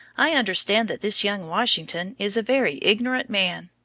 i understand that this young washington is a very ignorant man.